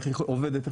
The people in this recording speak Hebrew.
איך עובדת,